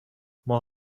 ماه